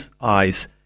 eyes